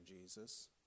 Jesus